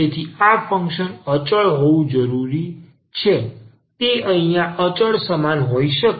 તેથી આ ફંક્શન અચળ હોવું જોઈએ તે અહીંયા અચળ સમાન હોઈ શકે